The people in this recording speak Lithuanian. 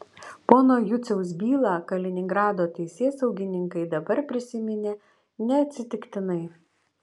pono juciaus bylą kaliningrado teisėsaugininkai dabar prisiminė neatsitiktinai